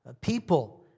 people